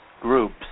groups